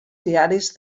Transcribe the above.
diaris